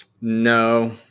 No